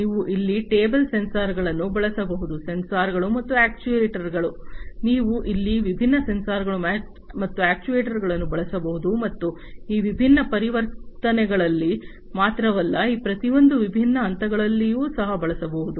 ನೀವು ಇಲ್ಲಿ ಟೇಬಲ್ ಸೆನ್ಸರ್ಗಳನ್ನು ಬಳಸಬಹುದು ಸೆನ್ಸಾರ್ಗಳು ಮತ್ತು ಅಕ್ಚುಯೆಟರ್ಸ್ಗಳ ನೀವು ಇಲ್ಲಿ ವಿಭಿನ್ನ ಸೆನ್ಸಾರ್ಗಳು ಮತ್ತು ಅಕ್ಚುಯೆಟರ್ಸ್ಗಳನ್ನು ಬಳಸಬಹುದು ಮತ್ತು ಈ ವಿಭಿನ್ನ ಪರಿವರ್ತನೆಗಳಲ್ಲಿ ಮಾತ್ರವಲ್ಲ ಈ ಪ್ರತಿಯೊಂದು ವಿಭಿನ್ನ ಹಂತಗಳಲ್ಲಿಯೂ ಸಹ ಬಳಸಬಹುದು